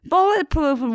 Bulletproof